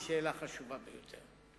היא שאלה חשובה ביותר.